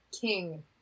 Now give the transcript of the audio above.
King